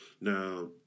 Now